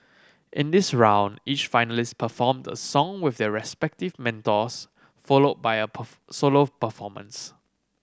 in this round each finalist performed a song with their respective mentors followed by a solo performance